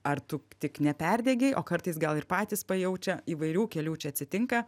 ar tu tik neperdegei o kartais gal ir patys pajaučia įvairių kelių čia atsitinka